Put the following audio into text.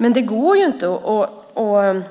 Men det går inte om